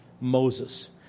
Moses